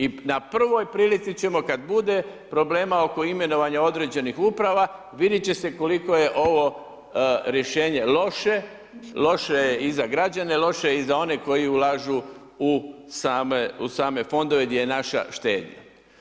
I na prvoj prilici ćemo kad bude problema oko imenovanja određenih uprava vidjet će se koliko je ovo … rješenje loše, loše je i za građana, loše je i za one koji ulažu u same Fondove gdje je naša štednja.